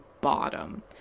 bottom